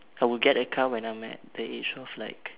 I will get a car when I'm at the age of like